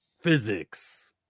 physics